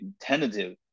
tentative